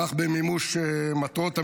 כך במימוש מטרות המלחמה,